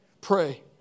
Pray